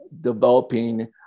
developing